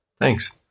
Thanks